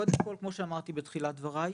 קודם כול, כמו שאמרתי בתחילת דבריי,